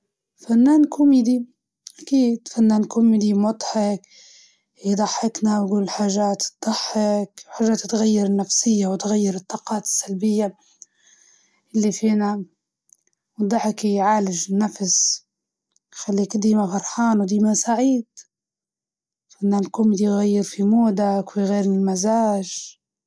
أكيد فنان كوميدي ، إنه الضحك أحلى حاجة في الدنيا تخلي الناس تضحك وتبتسم، ويبدأ عندك محبين من كل مكان، أما الرجص مش عارفة مانحس نفسي فيه.